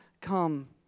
come